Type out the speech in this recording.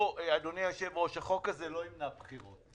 אדוני היושב-ראש, החוק הזה לא ימנע בחירות.